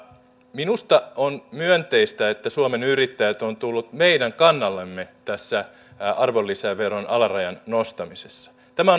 minusta on myönteistä että suomen yrittäjät on tullut meidän kannallemme tässä arvonlisäveron alarajan nostamisessa tämä